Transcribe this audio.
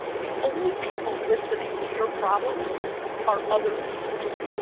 the only people listening to your problems are other losers.